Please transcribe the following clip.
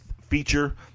feature